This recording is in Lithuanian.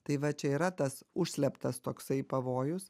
tai va čia yra tas užslėptas toksai pavojus